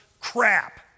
crap